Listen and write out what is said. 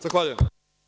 Zahvaljujem.